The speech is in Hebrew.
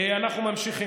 אנחנו ממשיכים.